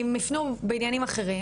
הם יפנו בעניינים אחרים